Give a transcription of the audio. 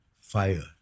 fire